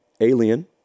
alien